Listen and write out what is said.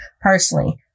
personally